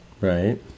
Right